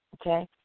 Okay